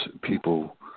People